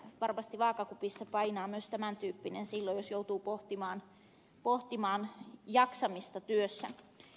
varmasti vaakakupissa painaa myös tämän tyyppinen silloin jos joutuu pohtimaan jaksamista työssä